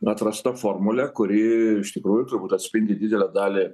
atrasta formulė kuri iš tikrųjų turbūt atspindi didelę dalį